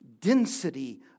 density